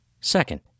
Second